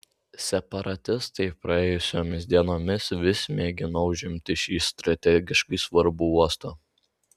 separatistai praėjusiomis dienomis vis mėgino užimti šį strategiškai svarbų uostą